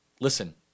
listen